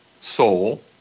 soul